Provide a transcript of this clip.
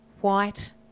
white